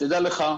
תדע לך,